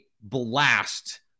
blast